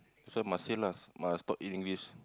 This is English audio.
so must say lah must talk in English